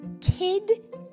kid